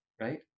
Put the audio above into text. Right